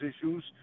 issues